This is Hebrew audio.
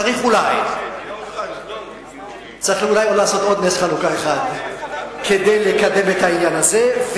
צריך אולי לעשות עוד נס חנוכה אחד כדי לקדם את העניין הזה.